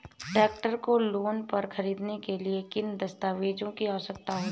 Tractor को loan पर खरीदने के लिए किन दस्तावेज़ों की आवश्यकता होती है?